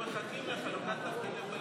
אנחנו מחכים לחלוקת תפקידים בליכוד,